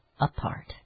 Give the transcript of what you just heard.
apart